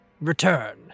return